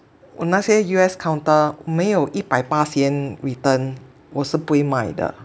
我那些 U_S counter 没有一百巴仙 return 我是不会卖的